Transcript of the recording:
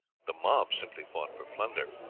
the mob simply fought for plunder.